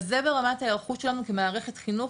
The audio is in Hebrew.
אז זה ברמת ההערכות שלנו כמערכת חינוך,